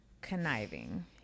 conniving